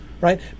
right